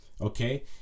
okay